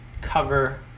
cover